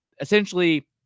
Essentially